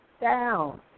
down